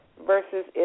versus